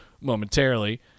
momentarily